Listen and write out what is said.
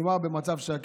כלומר, במצב שהכסף,